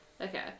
Okay